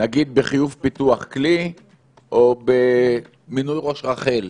נגיד בחיוב פיתוח כלי או במינוי ראש רח"ל,